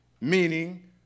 meaning